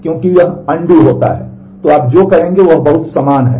तो आप जो करेंगे वह बहुत समान है